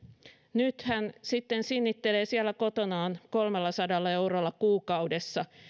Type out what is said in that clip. nyt hän sitten sinnittelee siellä kotonaan kolmellasadalla eurolla kuukaudessa